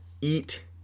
eat